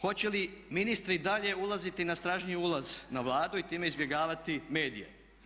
Hoće li ministri i dalje ulaziti na stražnji ulaz na Vladu i time izbjegavati medije?